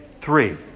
three